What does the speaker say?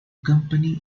company